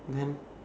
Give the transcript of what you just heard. then